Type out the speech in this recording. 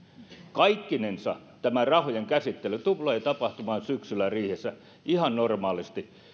kaikkinensa tämä rahojen käsittely tulee tapahtumaan syksyllä riihessä ihan normaalisti